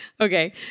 Okay